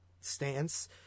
stance